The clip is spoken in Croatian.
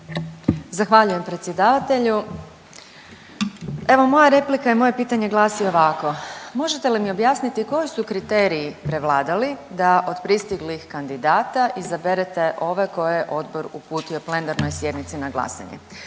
Zahvaljujem predsjedavatelju. Evo moja replika i moje pitanje glasi ovako. Možete li mi objasniti koji su kriteriji prevladali da od pristiglih kandidata izaberete ove koje je odbor uputio plenarnoj sjednici na glasanje.